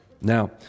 Now